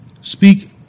Speak